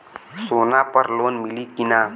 सोना पर लोन मिली की ना?